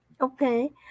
okay